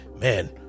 Man